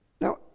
Now